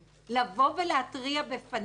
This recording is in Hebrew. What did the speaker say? להתריע בפנינו,